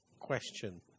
question